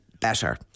better